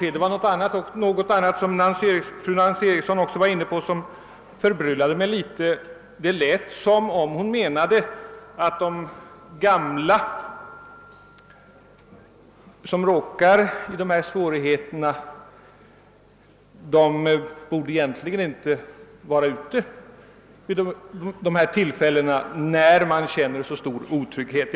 Också någonting annat som Nancy Eriksson sade förbryllade mig. Det lät som om hon menade att de gamla som känner sig otrygga ute egentligen borde stanna hemma.